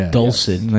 dulcet